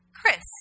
Chris